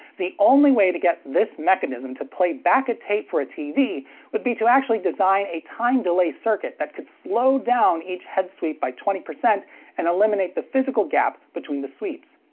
the only way to get this mechanism to play back a tape for a tv would be to actually design a time delay circuit that could slow down each head sweep by twenty percent and eliminate the physical gap between the sweeps.